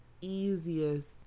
easiest